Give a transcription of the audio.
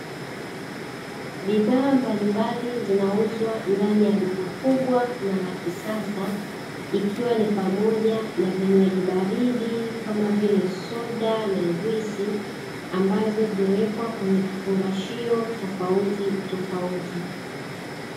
Bidhaa mbalimbali zinauzwa ndani ya duka kubwa na la kisasa, ikiwa ni pamoja na vinywaji baridi kama vile soda na juisi ambazo zimewekwa kwenye vifungashio tofautitofauti.